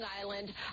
Island